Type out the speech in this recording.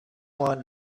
one